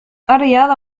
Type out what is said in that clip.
الرياضة